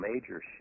major